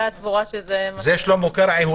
זה שלמה קרעי...